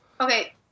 Okay